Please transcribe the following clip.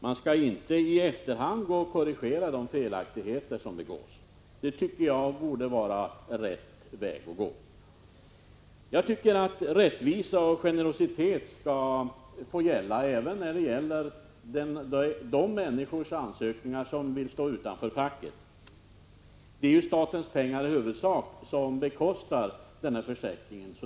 Man skall inte i efterhand göra korrigeringar när fel begåtts. Det tycker jag borde vara rätt väg att gå. Vidare tycker jag att rättvisa och generositet skall få gälla även i fråga om ansökningar från människor som vill stå utanför facket. Det är ju statens pengar som i huvudsak bekostar den här försäkringen.